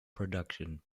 production